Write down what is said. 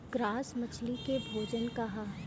Grass मछली के भोजन का ह?